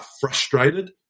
frustrated